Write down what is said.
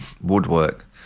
woodwork